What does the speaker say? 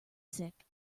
sick